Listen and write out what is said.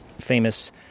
Famous